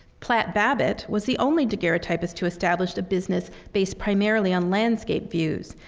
platt babbitt was the only daguerreotypist to establish a business based primarily on landscape views,